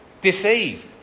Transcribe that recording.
deceived